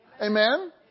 amen